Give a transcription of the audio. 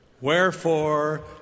Wherefore